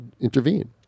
intervene